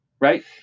Right